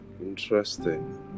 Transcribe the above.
interesting